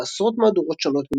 בעשרות מהדורות שונות,